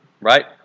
Right